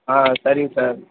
ஆ சரிங்க சார்